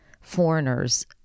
foreigners